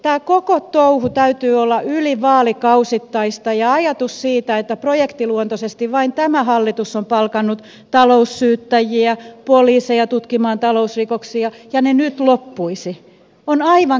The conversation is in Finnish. tämän koko touhun täytyy olla yli vaalikausittaista ja ajatus siitä että projektiluontoisesti vain tämä hallitus on palkannut taloussyyttäjiä poliiseja tutkimaan talousrikoksia ja ne nyt loppuisivat on aivan kestämätön